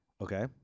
okay